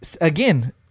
again